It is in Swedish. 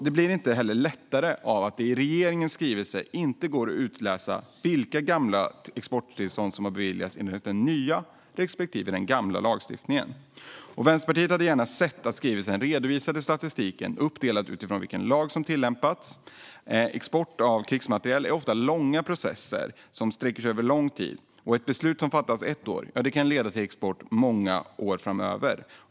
Det blir inte heller lättare av att det i regeringens skrivelse inte går att utläsa vilka gamla exporttillstånd som har beviljats enligt den nya respektive den gamla lagstiftningen. Vänsterpartiet hade gärna sett att skrivelsen redovisade statistiken uppdelat utifrån vilken lag som tillämpats. Export av krigsmateriel innebär ofta processer som sträcker sig över lång tid. Ett beslut som fattas ett år kan leda till export under flera år framöver.